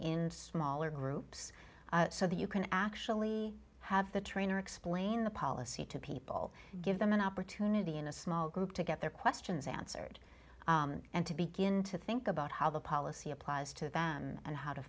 in smaller groups so that you can actually have the trainer explain the policy to people give them an opportunity in a small group to get their questions answered and to begin to think about how the policy applies to them and how to